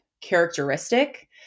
characteristic